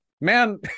Man